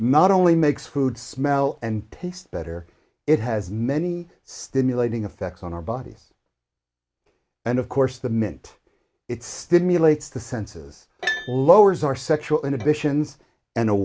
not only makes food smell and taste better it has many stimulating effect on our bodies and of course the mint it stimulates the senses lowers our sexual inhibitions and